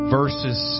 verses